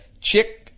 chick